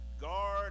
guard